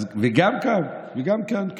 וגם כאן,